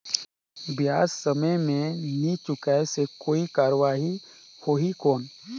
ब्याज समय मे नी चुकाय से कोई कार्रवाही होही कौन?